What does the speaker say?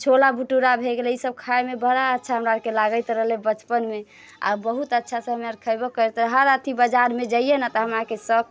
छोला भटूरा भऽ गेलै ईसब खाइमे बड़ा अच्छा हमरा आरके लागैत रहलै बचपनमे आओर बहुत अच्छासँ हमरा आर खएबो करैत रहै हर अथी बाजारमे जइए ने तऽ हमरा आरके सब